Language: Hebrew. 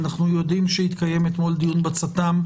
אנחנו יודעים שהתקיים אתמול דיון בצט"ם,